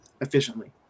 efficiently